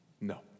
No